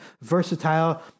versatile